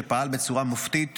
שפעל בצורה מופתית